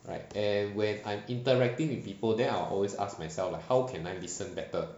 right and when I'm interacting with people then I will always ask myself like how can I listen better